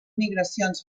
migracions